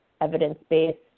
evidence-based